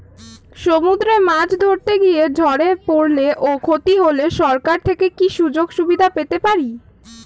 সমুদ্রে মাছ ধরতে গিয়ে ঝড়ে পরলে ও ক্ষতি হলে সরকার থেকে কি সুযোগ সুবিধা পেতে পারি?